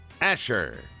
Asher